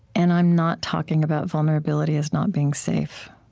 and i'm not talking about vulnerability as not being safe.